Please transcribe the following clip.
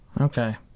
okay